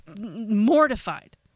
mortified